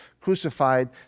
crucified